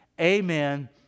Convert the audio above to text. Amen